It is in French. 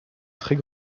très